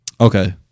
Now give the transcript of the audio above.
Okay